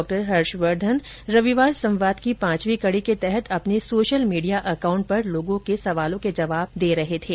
doctor Harshvardhan रविवार संवाद की पांचवीं कड़ी के तहत अपने सोशल मीडिया अकाउंट पर लोगों के सवालों के जवाब दे रहे थे